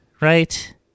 right